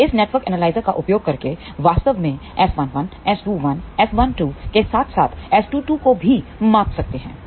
तो इस network analyser का उपयोग करके वास्तव में S11 S21 S12 के साथ साथ S22 को भी माप सकते हैं